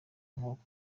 nkoko